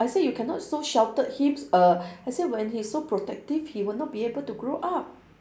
I say you cannot so sheltered him err I said when he's so protective he will not be able to grow up